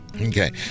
Okay